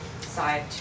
side